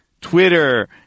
Twitter